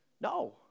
No